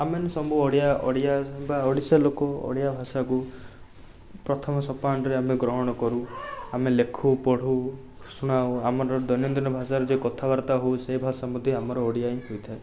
ଆମେମାନେ ସବୁ ଓଡ଼ିଆ ଓଡ଼ିଆ ବା ଓଡ଼ିଶାର ଲୋକ ଓଡ଼ିଆ ଭାଷାକୁ ପ୍ରଥମ ସୋପାନରେ ଆମେ ଗ୍ରହଣ କରୁ ଆମେ ଲେଖୁ ପଢ଼ୁ ଶୁଣାଉ ଆମର ଦୈନନ୍ଦିନ ଭାଷାରେ ଯେଉଁ କଥାବାର୍ତ୍ତା ହେଉ ସେ ଭାଷା ମଧ୍ୟ ଆମର ଓଡ଼ିଆ ହିଁ ହୋଇଥାଏ